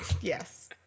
Yes